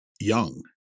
young